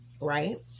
right